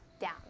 down